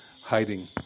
Hiding